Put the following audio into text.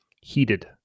heated